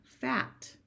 fat